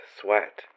sweat